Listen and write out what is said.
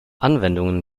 anwendungen